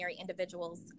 individuals